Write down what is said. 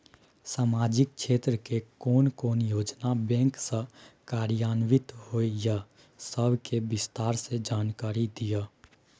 सामाजिक क्षेत्र के कोन कोन योजना बैंक स कार्यान्वित होय इ सब के विस्तार स जानकारी दिय?